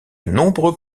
nombreux